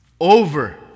over